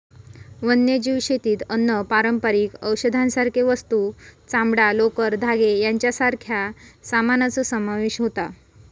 वन्यजीव शेतीत अन्न, पारंपारिक औषधांसारखे वस्तू, चामडां, लोकर, धागे यांच्यासारख्या सामानाचो समावेश होता